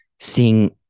seeing